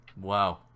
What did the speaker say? Wow